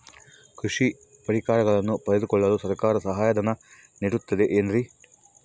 ಕೃಷಿ ಪರಿಕರಗಳನ್ನು ಪಡೆದುಕೊಳ್ಳಲು ಸರ್ಕಾರ ಸಹಾಯಧನ ನೇಡುತ್ತದೆ ಏನ್ರಿ?